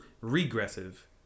regressive